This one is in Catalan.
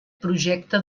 projecte